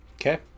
Okay